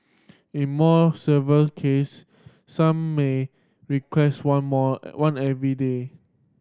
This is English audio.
in more severe case some may requires one more one every day